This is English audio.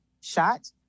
shot